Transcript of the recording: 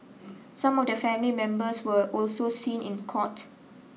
some of their family members were also seen in court